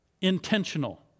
intentional